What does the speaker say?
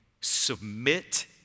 submit